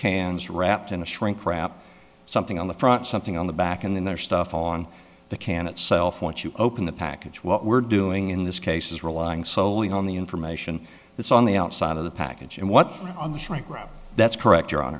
cans wrapped in a shrink wrap something on the front something on the back in there stuff on the can itself once you open the package what we're doing in this case is relying solely on the information that's on the outside of the package and what on the shrinkwrap that's correct